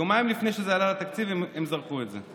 יומיים לפני שזה עלה לתקציב הם זרקו את זה.